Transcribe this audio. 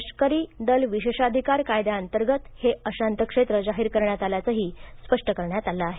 लष्करी दल विशेषाधिकार कायद्याअंतर्गत हे अशांत क्षेत्र जाहीर करण्यात आल्याचंही स्पष्ट करण्यात आलं आहे